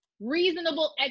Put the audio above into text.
reasonable